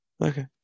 Okay